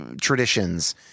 traditions